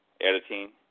editing